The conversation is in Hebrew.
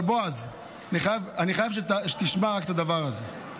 אבל בועז, אני חייב שתשמע רק את הדבר הזה.